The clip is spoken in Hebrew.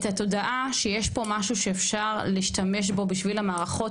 התודעה שיש פה משהו שאפשר להשתמש בו בשביל המערכות,